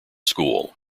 school